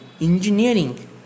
engineering